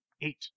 Eight